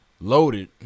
loaded